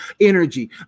energy